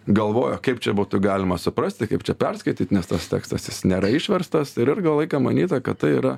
galvojo kaip čia būtų galima suprasti kaip čia perskaityt nes tas tekstas jis nėra išverstas ir ilgą laiką manyta kad tai yra